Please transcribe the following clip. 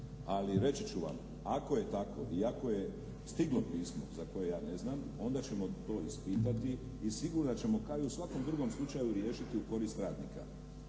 Ali reći ću vam, ako je tako i ako je stiglo pismo za koje ja ne znam, onda ćemo to ispitati i sigurno ćemo, kao i u svakom drugom slučaju riješiti u korist radnika.